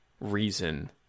reason